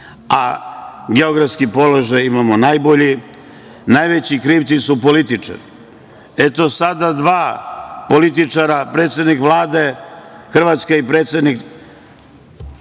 a geografski položaj imamo najbolji, najveći krivci su političari. Eto, sada dva političara, predsednik Vlade Hrvatske i predsednik